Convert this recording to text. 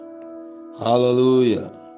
Hallelujah